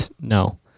No